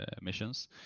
missions